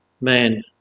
man